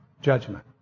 judgment